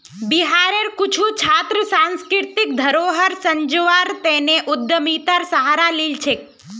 बिहारेर कुछु छात्र सांस्कृतिक धरोहर संजव्वार तने उद्यमितार सहारा लिल छेक